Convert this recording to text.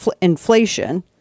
inflation